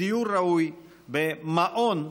בדיור ראוי, במעון,